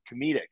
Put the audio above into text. comedic